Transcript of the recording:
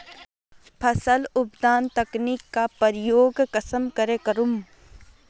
फसल उत्पादन तकनीक का प्रयोग कुंसम करे करूम?